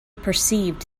perceived